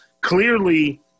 clearly –